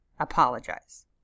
apologize